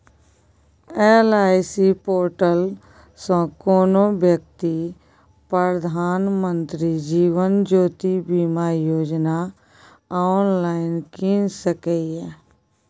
LIC portal सँ कोनो बेकती प्रधानमंत्री जीबन ज्योती बीमा योजना आँनलाइन कीन सकैए